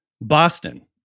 Boston